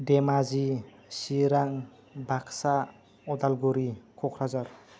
Dhemaji Chirang Baksa Udalguri Kokrajhar